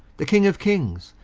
the king of kings,